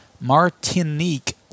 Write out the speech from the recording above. Martinique